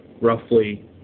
roughly